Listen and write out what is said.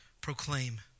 proclaim